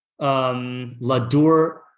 Ladur